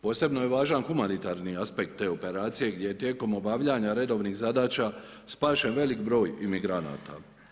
Posebno je važan humanitarni aspekt te operacije gdje tijekom obavljanja redovnih zadaća spašen velik broj imigranata.